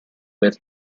per